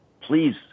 please